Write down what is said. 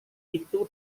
itu